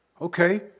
Okay